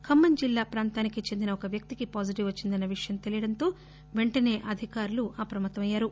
ఖమ్మం ఖిల్లా ప్రాంతానికి చెందిన ఓ వ్యక్తికి పాజిటివ్ వచ్చిందన్న విషయం తెలియడంతో పెంటనే అధికారులు అప్రమత్తమయ్యారు